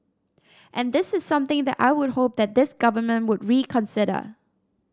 and this is something that I would hope that this Government would reconsider